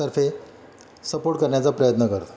तर्फे सपोर्ट करण्याचा प्रयत्न करतो